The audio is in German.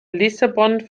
lissabon